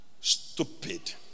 stupid